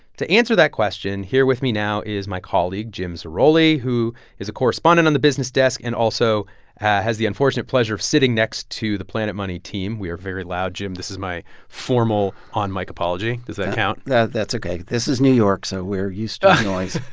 to answer that question, here with me now is my colleague jim zarroli, who is a correspondent on the business desk and also has the unfortunate pleasure of sitting next to the planet money team. we are very loud. jim, this is my formal, on mic apology. does that count? that's ok. this is new york, so we're used to noise